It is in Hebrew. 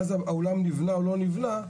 ואז האולם נבנה, או לא נבנה.